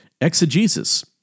exegesis